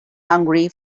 hungry